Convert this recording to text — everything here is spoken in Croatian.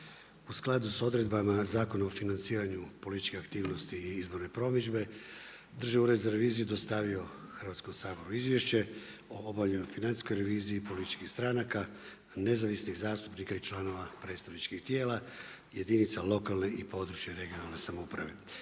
U skladu s odredbama Zakona o financiranju političkih aktivnosti i izborne promidžbe, Državni red za reviziju je dostavio Hrvatskom saboru izvješće o obavljenoj financijskoj reviziji političkih stranaka, nezavisnih zastupnika i članova predstavničkih tijela, jedinica lokalne i područne (regionalne) samouprave